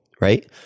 right